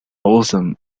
awesome